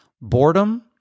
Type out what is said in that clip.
Boredom